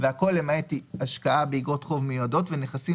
והכל למעט השקעה באגרות חוב מיועדות ונכסים